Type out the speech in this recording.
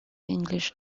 english